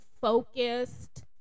focused